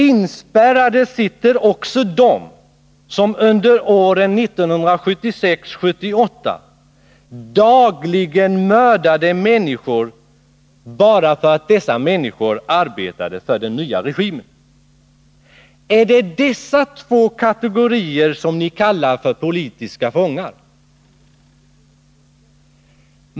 Inspärrade sitter också de som under åren 1976-1978 dagligen mördade människor bara för att dessa arbetade för den nya regimen. Är det dessa två kategorier som ni kallar för politiska fångar?